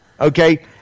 Okay